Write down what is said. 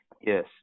Yes